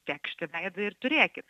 tekšt į veidą ir turėkit